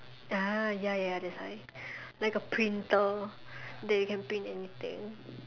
ya ya that's why like a printer that you can print anything